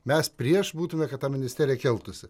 mes prieš būtumėme kad ta ministerija keltųsi